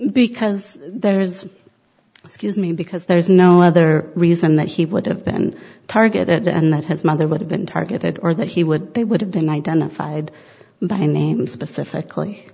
because there's excuse me because there is no other reason that he would have been targeted and that has mother would have been targeted or that he would they would have been identified by name specifically